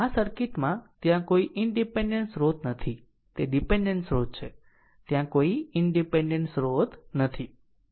હવે આ સર્કિટ માં ત્યાં કોઈ ઇનડીપેન્ડેન્ટ સ્રોત નથી તે ડીપેન્ડેન્ટ સ્રોત છે ત્યાં કોઈ ઇનડીપેન્ડેન્ટ સ્રોત નથી